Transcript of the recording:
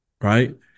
right